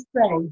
say